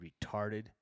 retarded